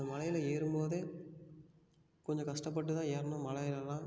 அந்த மலையில் ஏறும்போதே கொஞ்சம் கஷ்டப்பட்டுதான் ஏறணும் மலையிலெல்லாம்